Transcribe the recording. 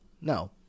no